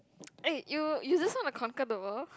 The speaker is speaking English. eh you you just want to conquer the world